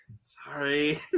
Sorry